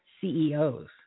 CEOs